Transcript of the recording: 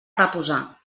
reposar